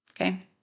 Okay